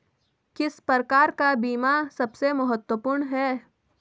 किस प्रकार का बीमा सबसे महत्वपूर्ण है?